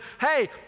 hey